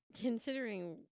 Considering